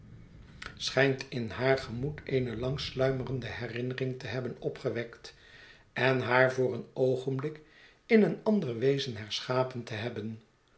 schijnt inhaargemoed eene lang sluimerende herinnering te hebben opgewekt en haar voor een oogenblik in een ander wezen herschapen te hebben